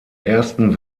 ersten